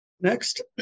Next